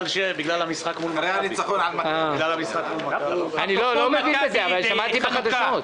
אני לא מבין בזה, אבל שמעתי בחדשות.